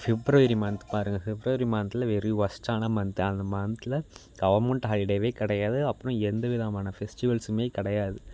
February month பாருங்கள் February மந்த்தில் very ஒர்ஸ்ட்டான மந்த்து அந்த மந்த்தில் கவர்மெண்ட் ஹாலிடேயே கிடையாது அப்புறம் எந்த விதமான ஃபெஸ்டிவல்ஸுமே கிடையாது